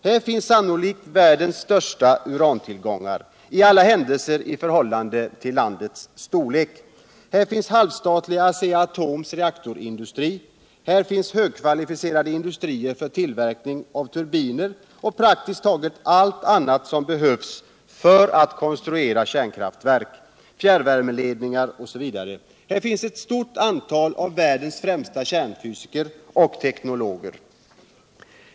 Här finns sannolikt världens största urantillgångar, i alla händelser i förhållande till landets storlek. Här finns halvstatliga Asea-Aloms reaktorindustri. Här finns högkvalificerade industrier för tillverkning av turbiner och praktiskt taget allt annat som behövs för att konstruera kärnkraftverk. färrvärmeledningar osv. Här finns ett stort antal av världens främsta kärnfysiker och teknologer.